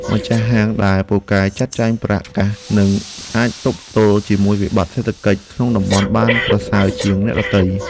ម្ចាស់ហាងដែលពូកែចាត់ចែងប្រាក់កាសនឹងអាចទប់ទល់ជាមួយវិបត្តិសេដ្ឋកិច្ចក្នុងតំបន់បានប្រសើរជាងអ្នកដទៃ។